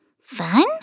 Fun